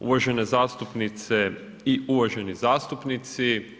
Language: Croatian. Uvažene zastupnice i uvaženi zastupnici.